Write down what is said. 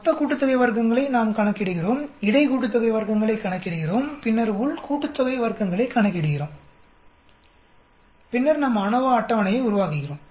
மொத்த கூட்டுத்தொகை வர்க்கங்களை நாம் கணக்கிடுகிறோம்இடை கூட்டுத்தொகை வர்க்கங்களை கணக்கிடுகிறோம் பின்னர் உள் கூட்டுத்தொகை வர்க்கங்களை கணக்கிடுகிறோம் பின்னர்நாம் அநோவா அட்டவணையை உருவாக்குகிறோம்